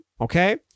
okay